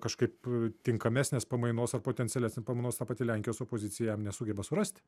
kažkaip tinkamesnės pamainos ar potencialesnės pamainos ta pati lenkijos opozicija jam nesugeba surasti